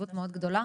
חשיבות מאוד גדולה